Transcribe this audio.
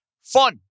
Fun